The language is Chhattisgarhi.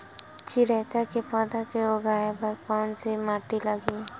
चिरैता के पौधा को उगाए बर कोन से माटी लगही?